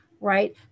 right